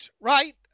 right